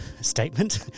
statement